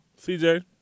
CJ